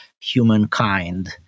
humankind